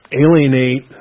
alienate